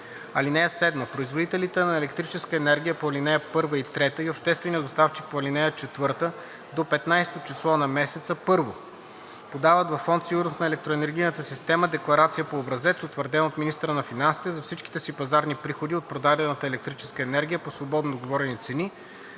и износ. (7) Производителите на електрическа енергия по ал. 1 и 3 и общественият доставчик по ал. 4 до 15-о число на месеца: 1. подават във Фонд „Сигурност на електроенергийната система“ декларация по образец, утвърден от министъра на финансите, за всичките си пазарни приходи от продадена електрическа енергия по свободно договорени цени,